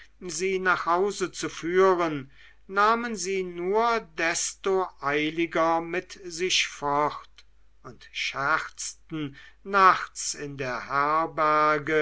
sie nach hause zu führen nahmen sie nur desto eiliger mit sich fort und scherzten nachts in der